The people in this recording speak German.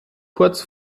kurz